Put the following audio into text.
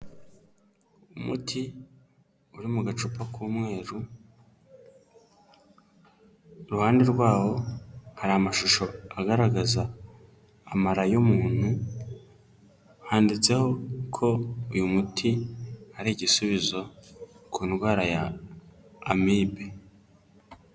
Umuti uri mu gacupa k'umweru, iruhande rwawo hari amashusho agaragaza amara y'umuntu handitseho ko uyu muti ari igisubizo ku ndwara y'amibe.